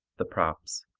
the props,